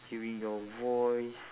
hearing your voice